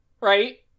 right